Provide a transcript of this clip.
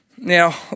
Now